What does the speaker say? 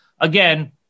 again